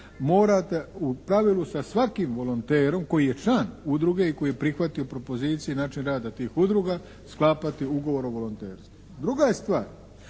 morate u pravilu sa svakim volonterom koji je član udruge i koji je prihvatio propozicije i način rada tih udruga sklapati ugovor o volonterstvu. Druga je stvar